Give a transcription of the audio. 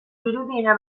dirudiena